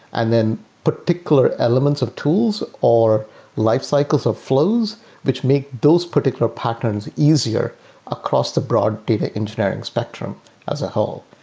and then particular elements of tools or lifecycles or flows which make those particular patterns easier across the broad data engineering spectrum as a whole.